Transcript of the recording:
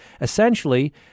Essentially